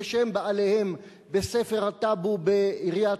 ושם בעליהם בספר הטאבו בלשכת